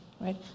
right